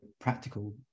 practical